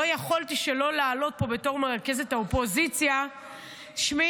לא יכולתי שלא לעלות פה בתור מרכזת האופוזיציה ------ שמעי,